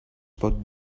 pot